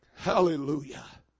Hallelujah